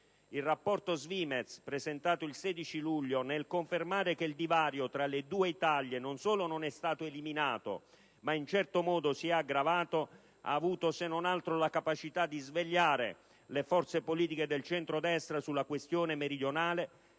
Il rapporto SVIMEZ, presentato il 16 luglio scorso, nel confermare che il divario tra le due Italie non solo non è stato eliminato ma in un certo modo si è aggravato, ha avuto se non altro la capacità di svegliare le forze politiche del centro-destra sulla questione meridionale,